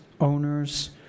owners